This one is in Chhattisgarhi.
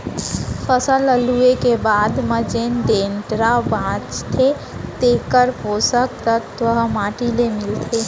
फसल ल लूए के बाद म जेन डेंटरा बांचथे तेकर पोसक तत्व ह माटी ले मिलथे